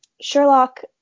Sherlock